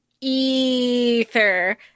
ether